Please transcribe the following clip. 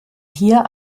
hier